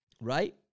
Right